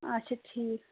اَچھا ٹھیٖک